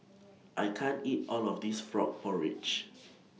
I can't eat All of This Frog Porridge